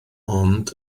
ond